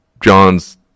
John's